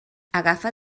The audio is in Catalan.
agafa